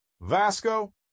Vasco